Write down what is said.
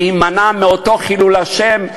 להימנע מאותו חילול השם,